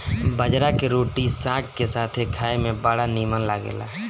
बजरा के रोटी साग के साथे खाए में बड़ा निमन लागेला